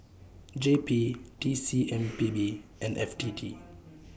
J P T C M P B and F T T